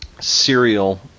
serial